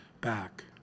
back